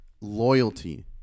loyalty